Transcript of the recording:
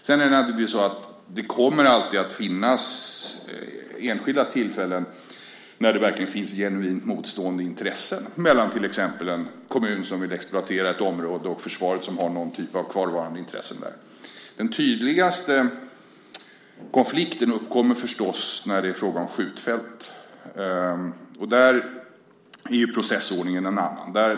Sedan kommer det alltid att finnas enskilda tillfällen då det verkligen finns genuint motstående intressen mellan till exempel en kommun som vill exploatera ett område och försvaret, som har någon typ av kvarvarande intressen där. Den tydligaste konflikten uppkommer förstås när det är fråga om skjutfält. Där är ju processordningen en annan.